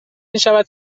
میشود